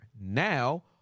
now